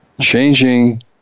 changing